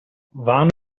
vano